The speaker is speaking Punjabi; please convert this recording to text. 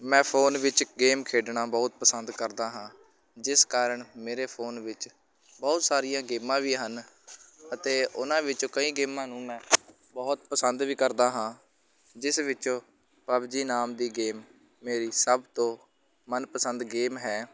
ਮੈਂ ਫ਼ੋਨ ਵਿੱਚ ਗੇਮ ਖੇਡਣਾ ਬਹੁਤ ਪਸੰਦ ਕਰਦਾ ਹਾਂ ਜਿਸ ਕਾਰਨ ਮੇਰੇ ਫ਼ੋਨ ਵਿੱਚ ਬਹੁਤ ਸਾਰੀਆਂ ਗੇਮਾਂ ਵੀ ਹਨ ਅਤੇ ਉਹਨਾਂ ਵਿੱਚੋਂ ਕਈ ਗੇਮਾਂ ਨੂੰ ਮੈਂ ਬਹੁਤ ਪਸੰਦ ਵੀ ਕਰਦਾ ਹਾਂ ਜਿਸ ਵਿੱਚੋਂ ਪਬਜੀ ਨਾਮ ਦੀ ਗੇਮ ਮੇਰੀ ਸਭ ਤੋਂ ਮਨਪਸੰਦ ਗੇਮ ਹੈ